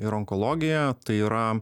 ir onkologija tai yra